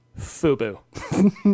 Fubu